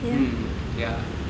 mm ya